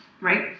right